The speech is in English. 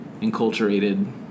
enculturated